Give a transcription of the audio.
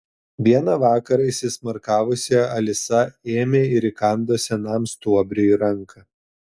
vieną vakarą įsismarkavusi alisa ėmė ir įkando senam stuobriui į ranką